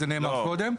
זה נאמר קודם.